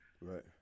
Right